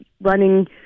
running